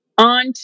on